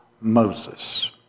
Moses